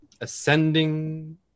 Ascending